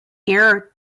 heir